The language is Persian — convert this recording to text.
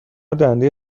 دنده